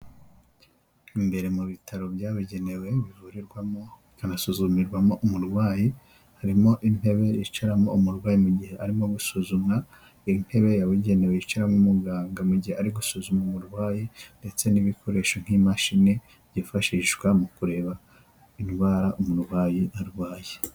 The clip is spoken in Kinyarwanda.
Imbere mu bitaro byabugenewe, bivurirwamo bikanasuzumirwamo umurwayi, harimo intebe yicaramo umurwayi mu gihe arimo gusuzumwa, intebe yababugenewe yicaramo umuganga, mu gihe ari gusuzuma umurwayi ndetse n'ibikoresho nk'imashini byifashishwa mu kureba indwara umurwayi arwaye.